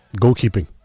goalkeeping